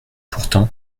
pourtant